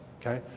okay